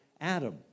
Adam